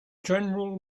general